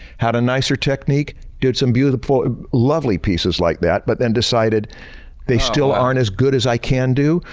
had a nicer technique, did some beautiful lovely pieces like that but then decided they still aren't as good as i can do.